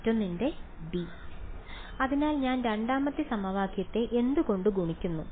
മറ്റൊന്നിന്റെ D അതിനാൽ ഞാൻ രണ്ടാമത്തെ സമവാക്യത്തെ എന്ത് കൊണ്ട് ഗുണിക്കുന്നു